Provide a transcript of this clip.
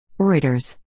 Reuters